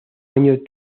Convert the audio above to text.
año